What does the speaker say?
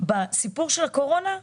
בסיפור של הקורונה,